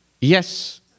Yes